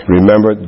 Remember